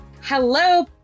Hello